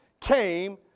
came